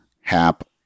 Hap